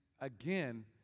again